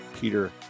Peter